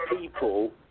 people